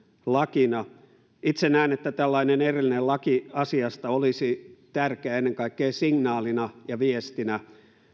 lakina itse näen että tällainen erillinen laki asiasta olisi tärkeä ennen kaikkea signaalina ja viestinä